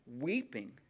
weeping